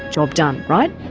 job done, right?